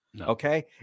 Okay